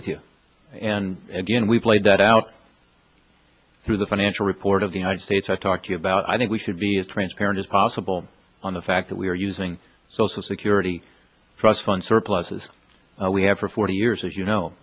with you and again we've laid that out through the financial report of the united states i talk to you about i think we should be as transparent as possible on the fact that we are using social security trust fund surpluses we have for forty years as you know